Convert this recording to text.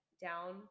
down